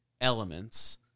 elements